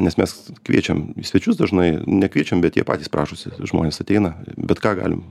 nes mes kviečiam į svečius dažnai nekviečiam bet jie patys prašosi žmonės ateina bet ką galim